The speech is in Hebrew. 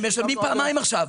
הם משלמים פעמיים עכשיו.